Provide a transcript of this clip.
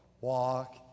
Walk